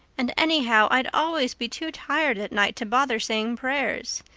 and anyhow i'd always be too tired at night to bother saying prayers.